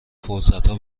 فرصتها